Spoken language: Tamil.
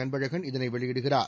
அன்பழகன் இதனை வெளியிடுகிறார்